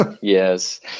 Yes